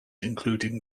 including